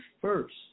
first